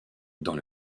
dans